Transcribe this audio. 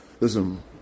Listen